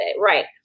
Right